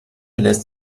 lässt